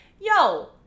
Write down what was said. yo